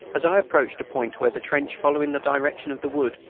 as i approached a point where the trench, following the direction of the wood,